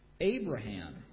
Abraham